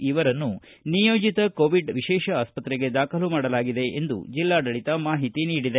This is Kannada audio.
ಇವರನ್ನು ನಿಯೋಜಿತ ಕೋವಿಡ್ ವಿಶೇಷ ಆಸ್ಪತ್ರೆಗೆ ದಾಖಲು ಮಾಡಲಾಗಿದೆ ಎಂದು ಜಿಲ್ಲಾಡಳಿತ ಮಾಹಿತಿ ನೀಡಿದೆ